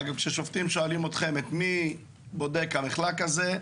אגב, כששופטים שואלים אתכם, את מי בודק המחלק הזה?